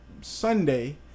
Sunday